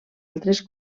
altres